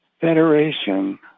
Federation